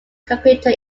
computer